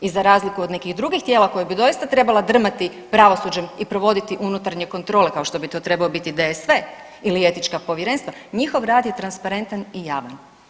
I za razliku od nekih drugih tijela koja bi doista trebala drmati pravosuđem i provoditi unutarnje kontrole kao što bi to trebao biti DSC ili etička povjerenstva, njihov rad je transparentan i javan.